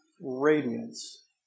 radiance